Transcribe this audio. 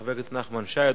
לחבר הכנסת נחמן שי.